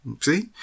See